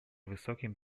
высоким